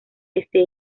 este